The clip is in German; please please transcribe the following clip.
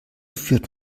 führt